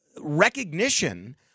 recognition